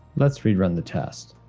let's rerun the test,